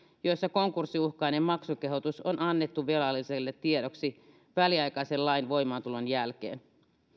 joissa konkurssiuhkainen maksukehotus on annettu velalliselle tiedoksi väliaikaisen lain voimaantulon jälkeen